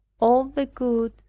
all the good,